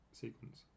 sequence